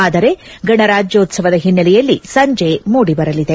ಆದರೆ ಗಣರಾಜ್ಯೋತ್ಸವದ ಹಿನ್ನೆಲೆಯಲ್ಲಿ ಸಂಜೆ ಮೂಡಿಬರಲಿದೆ